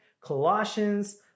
Colossians